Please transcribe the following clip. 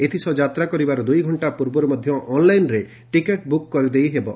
ଏଥିସହ ଯାତ୍ରା କରିବାର ଦୁଇ ଘଣ୍ଣା ପୂର୍ବରୁ ମଧ୍ଧ ଅନ୍ଲାଇନ୍ରେ ଟିକେଟ୍ ବୁକ୍ କରିଦେଇପାରିବେ